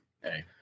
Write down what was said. hey